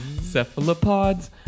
cephalopods